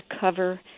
cover